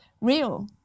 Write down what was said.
real